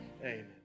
Amen